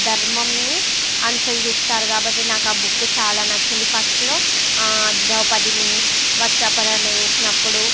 ధర్మాన్ని అనుసరిస్తారు కాబట్టి నాకు ఆ బుక్ చాలా నచ్చింది ఫస్ట్లో ద్రౌపదిని వస్త్రాపహరణ చేసేటప్పుడు